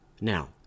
Now